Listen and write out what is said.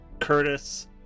Curtis